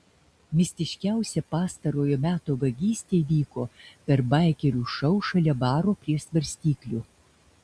mistiškiausia pastarojo meto vagystė įvyko per baikerių šou šalia baro prie svarstyklių